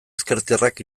ezkertiarrak